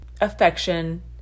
affection